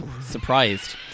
surprised